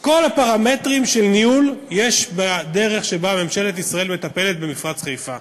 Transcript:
כל הפרמטרים של ניהול ישנם בדרך שבה ממשלת ישראל מטפלת במפרץ חיפה.